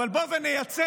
אבל בואו נייצר,